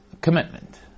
Commitment